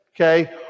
Okay